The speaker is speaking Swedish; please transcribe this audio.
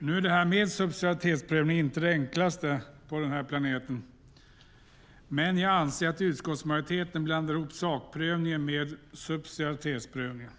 är inte den enklaste frågan på den här planeten, men jag anser att utskottsmajoriteten blandar ihop sakprövningen med subsidiaritetsprövningen.